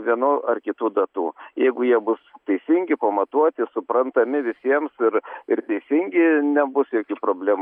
vienų ar kitų datų jeigu jie bus teisingi pamatuoti suprantami visiems ir ir teisingi nebus jokių problemų